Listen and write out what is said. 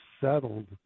settled